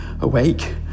awake